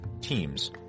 teams